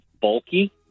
bulky